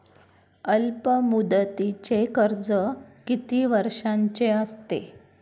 अल्पमुदतीचे कर्ज किती वर्षांचे असते?